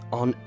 on